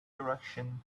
direction